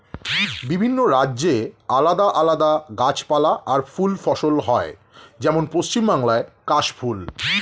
বিভিন্ন রাজ্যে আলাদা আলাদা গাছপালা আর ফুল ফসল হয়, যেমন পশ্চিম বাংলায় কাশ ফুল